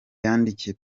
yandikiye